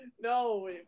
No